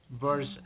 Verse